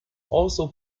also